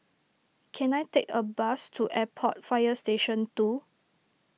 can I take a bus to Airport Fire Station two